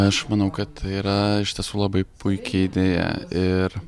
aš manau kad tai yra iš tiesų labai puiki idėja ir